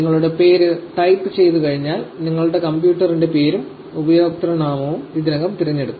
നിങ്ങളുടെ പേര് ടൈപ്പ് ചെയ്തുകഴിഞ്ഞാൽ നിങ്ങളുടെ കമ്പ്യൂട്ടറിന്റെ പേരും ഉപയോക്തൃനാമവും ഇതിനകം തിരഞ്ഞെടുക്കും